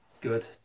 good